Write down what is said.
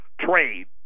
trade